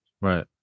right